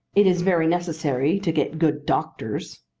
it is very necessary to get good doctors.